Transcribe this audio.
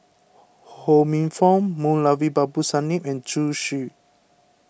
Ho Minfong Moulavi Babu Sahib and Zhu Xu